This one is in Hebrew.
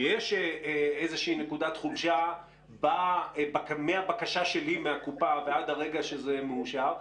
שיש איזושהי נקודת חולשה מהבקשה שלי מהקופה ועד הרגע שזה מאושר,